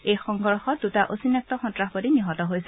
এই সংঘৰ্ষত দুটা অচিনাক্ত সন্নাসবাদী নিহত হৈছে